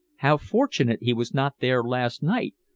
how fortunate he was not there last night,